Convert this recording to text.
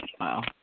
Wow